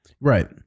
Right